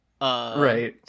Right